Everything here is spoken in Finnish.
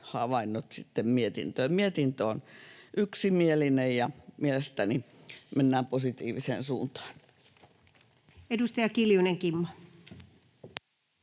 havainnot mietintöön. Mietintö on yksimielinen, ja mielestäni mennään positiiviseen suuntaan. [Speech